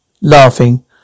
laughing